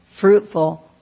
fruitful